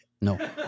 No